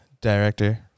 director